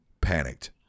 panicked